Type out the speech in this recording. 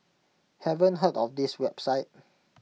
haven't heard of this website